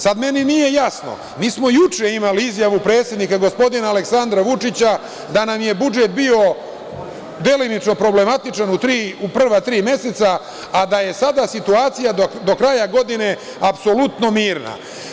Sad meni nije jasno, mi smo juče imali izjavu predsednika, gospodina Aleksandra Vučića, da nam je budžet bio delimično problematičan u prva tri meseca, a da je sada situacija do kraja godine apsolutno mirna.